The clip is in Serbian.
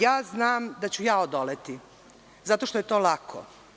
Ja znam da ću ja odoleti, zato što je to lako.